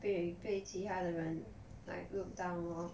被被其他的人 like look down lor